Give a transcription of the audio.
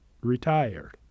retired